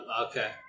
Okay